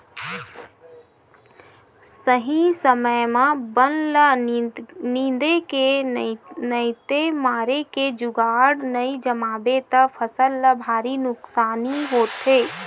सही समे म बन ल निंदे के नइते मारे के जुगाड़ नइ जमाबे त फसल ल भारी नुकसानी होथे